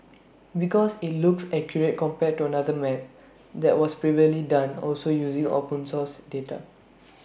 because IT looks accurate compared to another map that was previously done also using open source data